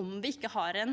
om vi ikke har en